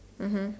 mmhmm